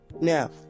now